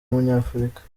w’umunyafurika